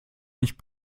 nicht